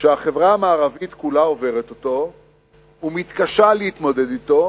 שהחברה המערבית כולה עוברת אותו ומתקשה להתמודד אתו,